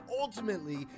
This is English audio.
ultimately